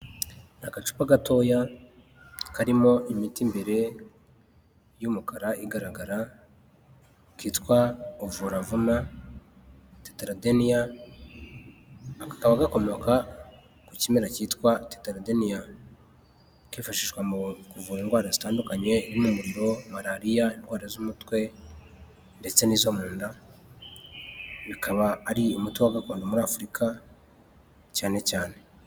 Agacupa gatoya, karimo imiti mbere y'umukara igaragara, kitwa ovoravuma tetaradeniya, aka kaba gakomoka ku kimera cyitwa tetaradeniya, kifashishwa mu kuvura indwara zitandukanye harimo umuriro, marariya indwara z'umutwe ndetse n'izo mu nda, bikaba ari umuti wa gakondo muri Afurika cyane cyane.